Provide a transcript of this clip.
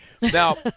now